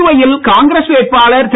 புதுவையில் காங்கிரஸ் வேட்பாளர் திரு